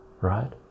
right